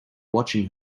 watching